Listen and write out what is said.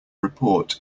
report